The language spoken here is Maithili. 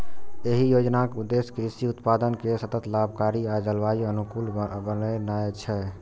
एहि योजनाक उद्देश्य कृषि उत्पादन कें सतत, लाभकारी आ जलवायु अनुकूल बनेनाय छै